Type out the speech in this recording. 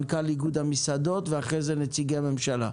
מנכ"ל איגוד המסעדות ואחרי כן נשמע את נציגי הממשלה.